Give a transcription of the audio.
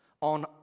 on